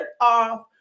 off